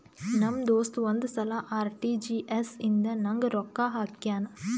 ನಮ್ ದೋಸ್ತ ಒಂದ್ ಸಲಾ ಆರ್.ಟಿ.ಜಿ.ಎಸ್ ಇಂದ ನಂಗ್ ರೊಕ್ಕಾ ಹಾಕ್ಯಾನ್